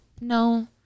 No